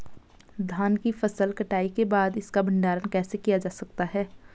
धान की फसल की कटाई के बाद इसका भंडारण कैसे किया जा सकता है?